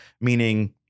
Meaning